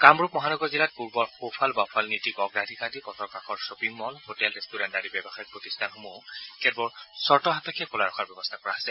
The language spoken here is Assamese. কামৰূপ মহানগৰ জিলাত পূৰ্বৰ সোফাল বাওঁফাল নীতিক অগ্ৰাধিকাৰ দি পথৰ কাষৰ শ্বপিং ম'ল হোটেল ৰেষ্টুৰেণ্ট আদি ব্যৱসায়িক প্ৰতিষ্ঠানসমূহ কেতবোৰ চৰ্ত সাপেক্ষে খোলা ৰখাৰ ব্যৱস্থা কৰা হৈছে